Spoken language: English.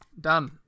Done